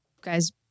guys